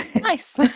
Nice